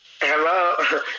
hello